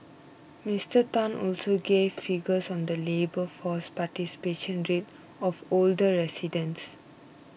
Mister Tan also gave figures on the labour force participation rate of older residents